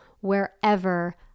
wherever